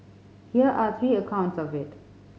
here are three accounts of it